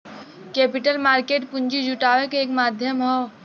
capital market पूंजी जुटाने क एक माध्यम हौ